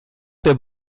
der